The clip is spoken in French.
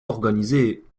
organisés